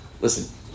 listen